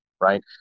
right